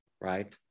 Right